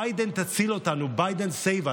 ביידן, תציל אותנו, Biden, save us.